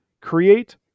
Create